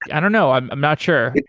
i don't know. i'm i'm not sure.